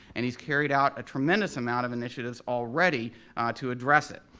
and he's carried out a tremendous amount of initiatives already to address it.